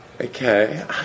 Okay